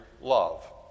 love